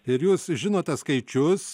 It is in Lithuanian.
ir jūs žinote skaičius